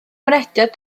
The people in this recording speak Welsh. mynediad